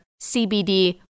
CBD